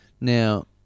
Now